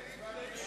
נשיא המדינה